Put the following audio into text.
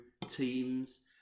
teams